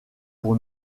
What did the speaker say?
pour